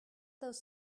those